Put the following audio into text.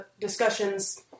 discussions